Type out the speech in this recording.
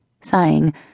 Sighing